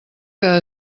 que